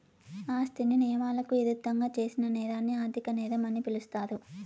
ఆస్తిని నియమాలకు ఇరుద్దంగా చేసిన నేరాన్ని ఆర్థిక నేరం అని పిలుస్తారు